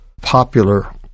popular